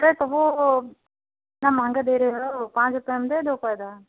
अरे तो वो इतना महंगा दे रहे हो पाँच रुपया में दे दो पौधा